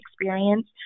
experience